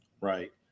Right